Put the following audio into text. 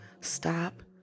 stop